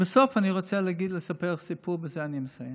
לבסוף אני רוצה לספר סיפור, ובזה אני מסיים: